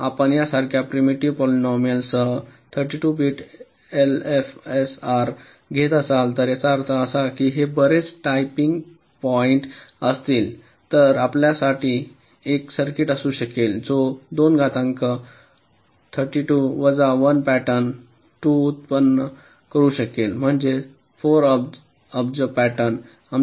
जर आपण यासारख्या प्रिमिटिव्ह पॉलिनोमिल सह 32 बिट एलएफएसआर घेत असाल तर याचा अर्थ असा की हे बरेच टॅपिंग पॉईंट्स असतील तर आपल्याकडे एक सर्किट असू शकेल जो 2 घातांक 32 वजा 1 पॅटर्न 2 उत्पन्न करू शकेल म्हणजे 4 अब्ज पॅटर्न